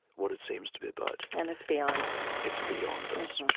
what it seems to be about and it's beyond us it's beyond us.